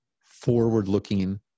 forward-looking